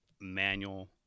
manual